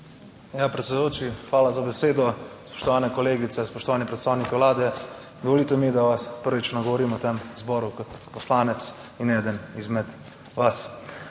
Ja, predsedujoči, hvala za besedo. Spoštovane kolegice, spoštovani predstavniki Vlade! Dovolite mi, da vas prvič nagovorim v tem zboru kot poslanec in eden izmed vas.